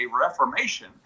reformation